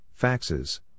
faxes